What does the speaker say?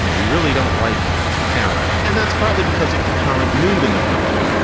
you know we really don't like karan. and that's partly because of the current mood in the country,